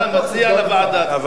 אתה מציע לוועדה.